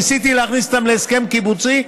ניסיתי להכניס אותם להסכם קיבוצי,